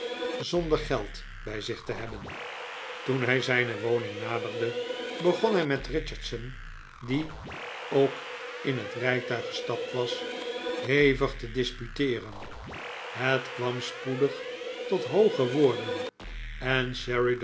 zonder geld bij zich te hebben toen hij zijne woning naderde begon hij met richardson die ook in het rijtuig gestapt was hevig te disputeeren het kwam spoedig tot hooge woorden en